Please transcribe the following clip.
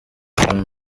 van